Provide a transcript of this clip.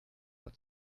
but